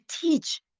teach